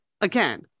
again